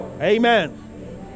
Amen